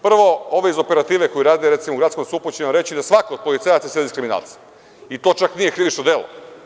Prvo, ovi iz operative koji rade, recimo u gradskom SUP-u će vam reći da svako od policajaca sedi sa kriminalcem, i to čak nije krivično delo.